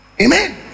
Amen